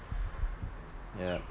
yeah